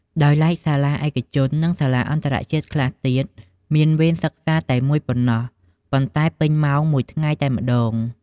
ដោយឡែកសាលាឯកជន និងសាលាអន្តរជាតិខ្លះទៀតមានវេនសិក្សាតែមួយប៉ុណ្ណោះ ប៉ុន្តែពេញមួយថ្ងៃតែម្ដង។